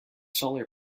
solar